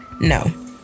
No